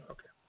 Okay